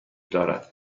دارد